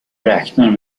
räknar